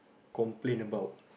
complain about